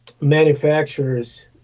manufacturers